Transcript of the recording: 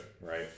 right